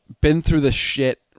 been-through-the-shit